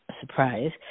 surprise